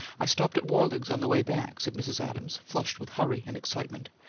i stopped at worlig's on the way back, said mrs. adams, flushed with hurry and excitement.